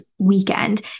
Weekend